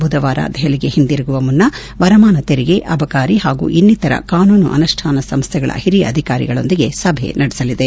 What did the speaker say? ಬುಧವಾರ ದೆಹಲಿಗೆ ಹಿಂದಿರುಗುವ ಮುನ್ನಾ ವರಮಾನ ತೆರಿಗೆ ಅಬಕಾರಿ ಹಾಗೂ ಇನ್ನಿತರ ಕಾನೂನು ಅನುಷ್ಠಾನ ಸಂಸ್ವೆಗಳ ಹಿರಿಯ ಅಧಿಕಾರಿಗಳೊಂದಿಗೆ ಸಭೆ ನಡೆಸಲಿದೆ